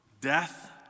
death